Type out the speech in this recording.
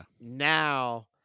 Now